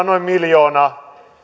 noin miljoona